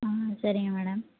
ம் சரிங்க மேடம்